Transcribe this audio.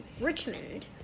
Richmond